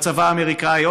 בצבא האמריקני,